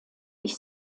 ich